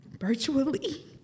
virtually